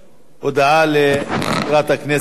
הצעת חוק המתווכים במקרקעין (תיקון מס' 7),